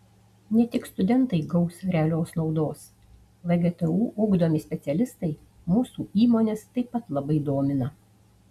ne tik studentai gaus realios naudos vgtu ugdomi specialistai mūsų įmones taip pat labai domina